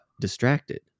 distracted